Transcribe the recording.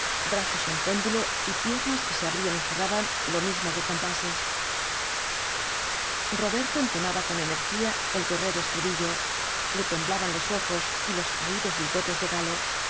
brazos en péndulo y piernas que se abrían y cerraban lo mismo que compases roberto entonaba con energía el guerrero estribillo le temblaban los ojos y los caídos bigotes de galo a